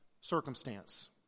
circumstance